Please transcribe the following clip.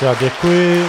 Já děkuji.